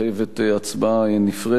שכל אחת מהן מחייבת הצבעה נפרדת.